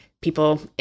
People